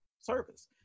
service